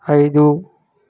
ఐదు